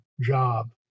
job